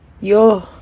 yo